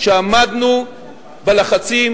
שעמדנו בלחצים